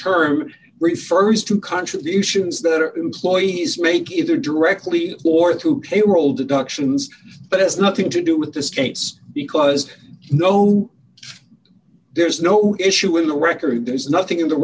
term refers to contributions that are employees make either directly or through payroll deductions but has nothing to do with the states because no there is no issue in the record there is nothing in the